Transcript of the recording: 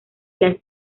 las